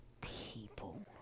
people